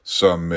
som